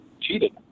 cheated